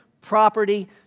property